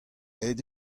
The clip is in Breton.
aet